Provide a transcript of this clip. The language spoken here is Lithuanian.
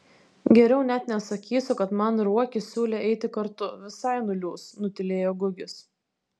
geriau net nesakysiu kad man ruokis siūlė eiti kartu visai nuliūs nutylėjo gugis